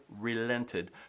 relented